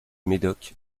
médoc